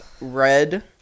Red